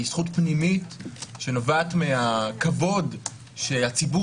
היא זכות פנימית שנובעת מהכבוד שהציבור